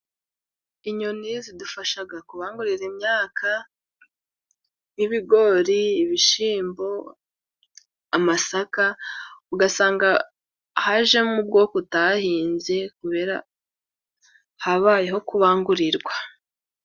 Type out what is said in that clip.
Inyoni zidufashaga kubanguriza imyaka nk'ibigori, ibishyimbo, amasaka, ugasanga hajemo ubwoko utahinze kubera habayeho kubangurirwa.